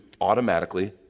automatically